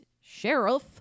Sheriff